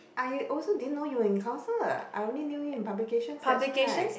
I also didn't know you were in council eh I only knew you in publications that's right